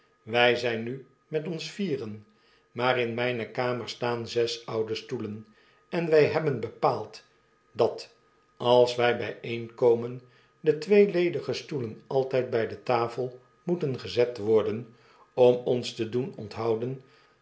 wij zyn nu met ons vieren maar in myne kamer staan zes oude stoelen en wy hebben bepaald dat als wij bijeenkomen de twee ledige stoelen altyd by de tafel moeten gezet worden om ons te doen onthouden